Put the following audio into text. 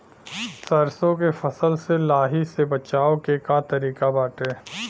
सरसो के फसल से लाही से बचाव के का तरीका बाटे?